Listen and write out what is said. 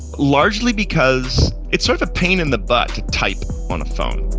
largely because it's sort of pain in the butt to type on a phone.